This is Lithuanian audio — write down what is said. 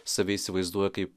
save įsivaizduoja kaip